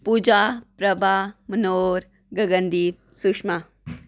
Puja Prabha Manohar Gagandeep Sushma